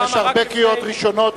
יש הרבה קריאות ראשונות,